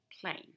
plane